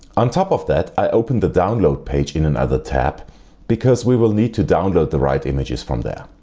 on top of that i open the download page in another tab because we will need to download the right images from there.